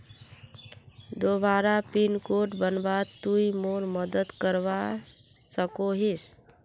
दोबारा pin code बनवात तुई मोर मदद करवा सकोहिस?